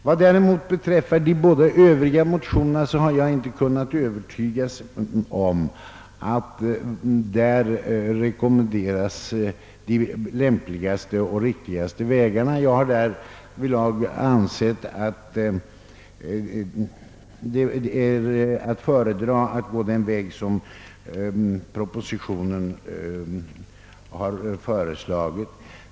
Vad däremot beträffar de båda andra reservationerna har jag inte kunnat övertygas om att däri rekommenderas de lämpligaste och riktigaste vägarna. Jag har därvidlag föredragit att gå den väg som föreslagits i propositionen.